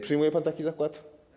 Przyjmuje pan taki zakład?